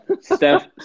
Steph